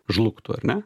žlugtų ar ne